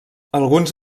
alguns